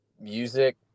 music